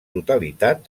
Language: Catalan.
totalitat